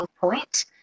point